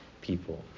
people